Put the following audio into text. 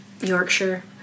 Yorkshire